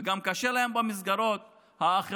וגם קשה להם להמשיך במסגרות האחרות,